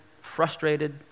frustrated